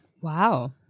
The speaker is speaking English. Wow